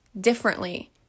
differently